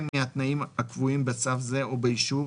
מהתנאים הקבועים בצו זה או באישור,